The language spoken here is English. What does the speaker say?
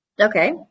Okay